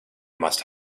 must